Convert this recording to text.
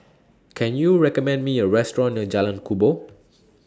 Can YOU recommend Me A Restaurant near Jalan Kubor